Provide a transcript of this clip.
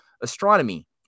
astronomy